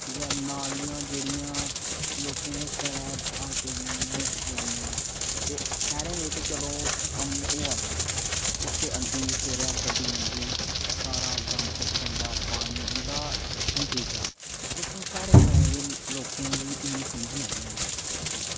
कि केह् नालियां जेह्ड़ियां लोकें दे घरें दे बाह्र पेदियां चिक्कड़े पेदियां ते शैह्रें बिच्च चलो कम्म होआ दे न उत्थै औंदी सवैरे गड्डी औंदी सारा गंद गंदा पानी उं'दा सिस्टम ठीक ऐ लेकिन साढ़े ग्रांऐं दे लोकें गी इन्नी समझ नेईं आंदी